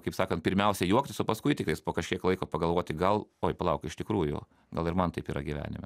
kaip sakant pirmiausia juoktis o paskui tiktais po kažkiek laiko pagalvoti gal oi palauk iš tikrųjų gal ir man taip yra gyvenime